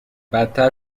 بدتر